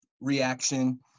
reaction